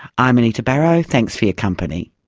i'm anita barraud, thanks for your company